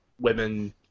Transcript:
women